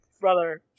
brother